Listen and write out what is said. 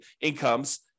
incomes